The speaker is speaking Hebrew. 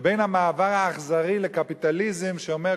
בין המעבר האכזרי לקפיטליזם שאומר,